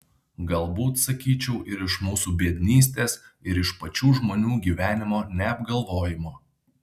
galbūt sakyčiau ir iš mūsų biednystės ir iš pačių žmonių gyvenimo neapgalvojimo